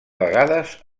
vegades